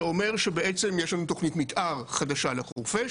שאומר שבעצם יש לנו תוכנית מתאר חדשה לחורפיש,